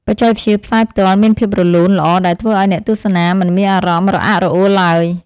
បច្ចេកវិទ្យាផ្សាយផ្ទាល់មានភាពរលូនល្អដែលធ្វើឱ្យអ្នកទស្សនាមិនមានអារម្មណ៍រអាក់រអួលឡើយ។